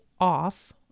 off